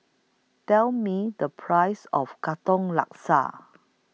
Tell Me The Price of Katong Laksa